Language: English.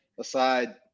aside